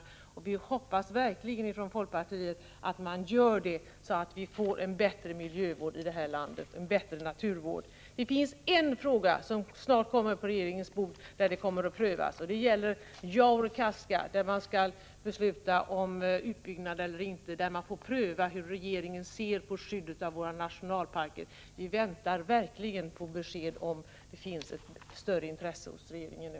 I folkpartiet hoppas vi verkligen att man gör det, så att vi får en bättre miljövård och naturvård här i landet. Det finns en fråga som snart kommer på regeringens bord för prövning. Det gäller Jaurekaska, och man skall besluta om utbyggnad eller inte. Där prövas hur regeringen ser på skyddet av våra nationalparker. Vi väntar verkligen på besked om det finns ett större intresse hos regeringen nu.